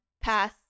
pass